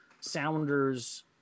Sounders